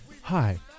Hi